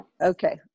Okay